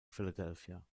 philadelphia